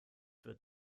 wird